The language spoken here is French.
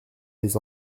les